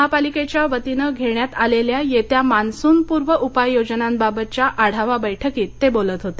महापालिकेच्या वतीनं घेण्यात आलेल्या येत्या मान्सून पूर्व उपाययोजनांबाबतच्या आढावा बैठकीत ते बोलत होते